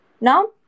now